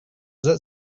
that